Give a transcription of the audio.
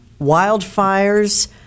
wildfires